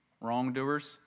wrongdoers